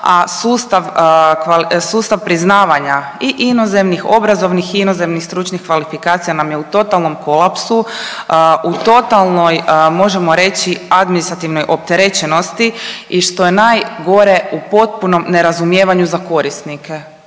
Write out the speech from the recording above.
a sustav priznavanja i inozemnih obrazovnih i inozemnih stručnih kvalifikacija nam je u totalnom kolapsu, u totalnoj možemo reći administrativnoj opterećenosti i što je najgore u potpunom nerazumijevanju za korisnike